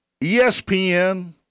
ESPN